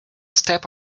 step